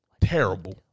Terrible